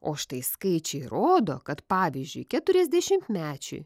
o štai skaičiai rodo kad pavyzdžiui keturiasdešimmečiui